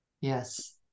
Yes